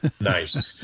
Nice